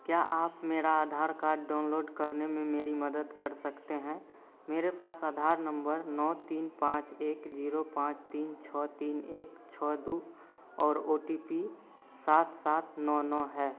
क्या आप मेरा आधार कार्ड डाउनलोड करने में मेरी मदद कर सकते हैं मेरे पास आधार नम्बर नौ तीन पाँच एक जीरो पाँच तीन छः तीन एक छः दो और ओ टी पी सात सात नौ नौ है